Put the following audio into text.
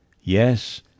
Yes